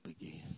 again